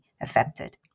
affected